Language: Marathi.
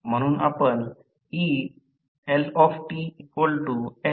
म्हणून आपण eLtLdidt असे म्हणतो